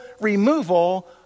removal